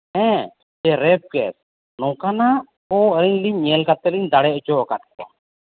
ᱦᱮᱸ ᱥᱮ rape case ᱱᱚᱝᱠᱟᱱᱟᱜ ᱠᱚ ᱟᱹᱞᱤᱧ ᱞᱤᱧ ᱧᱮᱞ ᱠᱟᱛᱮᱫ ᱞᱤᱧ ᱫᱟᱲᱮ ᱦᱚᱪᱚ ᱠᱟᱜ ᱠᱚᱣᱟ